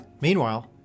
Meanwhile